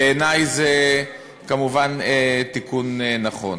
בעיני זה תיקון נכון.